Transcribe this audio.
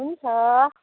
हुन्छ